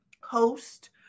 host